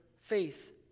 faith